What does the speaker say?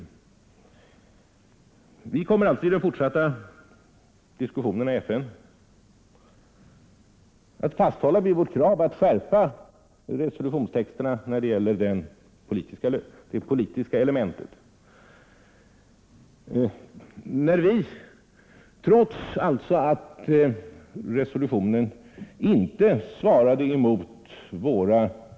Vi kommer alltså i de fortsatta diskussionerna i FN att fasthålla vid vårt krav på en skärpning av resolutionstexterna när det gäller de politiska elementen. När vi, trots att resolutionen inte svarade mot vårt totala krav på hur en resolution bör vara avfattad, ändå anslöt oss till den, berodde det på den fråga som vi ansåg vara helt avgörande, nämligen att slå vakt kring FN-stadgans kategoriska förbud mot användande av militärt våld i umgänget mellan stater, utom givetvis i självförsvar. Det var det som gällde för oss i vår egenskap av liten nation.